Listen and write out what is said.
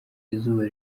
izuba